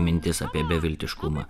mintis apie beviltiškumą